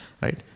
Right